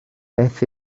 beth